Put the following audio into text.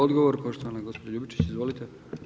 Odgovor poštovana gospođo Ljubičić, izvolite.